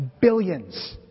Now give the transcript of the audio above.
billions